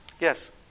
Yes